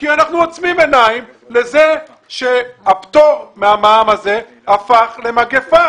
כי אנחנו עוצמים עיניים לכך שהפטור מהמע"מ הזה הפך למגיפה